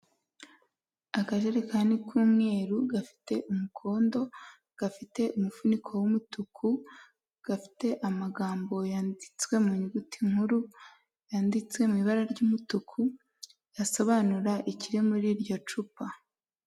Akajerekani k'umweru gafite umukondo, gafite umufuniko w'umutuku, gafite amagambo yanditswe mu nyuguti nkuru, yanditse mu ibara ry'umutuku, asobanura ikiri muri iryo cupa.